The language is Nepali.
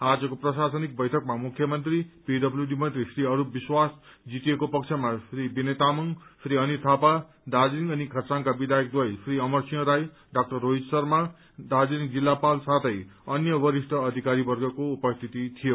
आजको प्रशासनिक वैठकमा मुख्यमन्त्री पीडब्ल्यूडी मन्त्री श्री अस्टप विश्वास जीटीएको पक्षमा श्री विनय तामाङ श्री अनित थापा दार्जीलिङ अनि खरसाङका विघायकद्वय श्री अमरसिंह राई डाक्टर रोहित शर्मा दर्जालिङ जिल्लापाल साथै अन्य वरिष्ठ अधिकारीवर्ग उपस्थित थिए